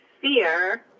fear